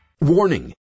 Warning